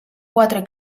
quatre